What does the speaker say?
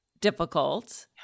difficult